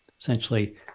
essentially